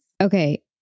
Okay